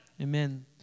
Amen